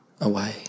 away